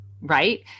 Right